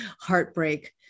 heartbreak